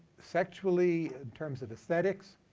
sexually in terms of aesthetics?